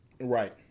Right